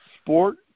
Sport